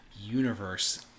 universe